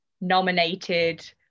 nominated